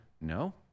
no